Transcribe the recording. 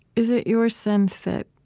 is it your sense that